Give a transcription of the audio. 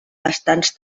bastants